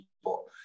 people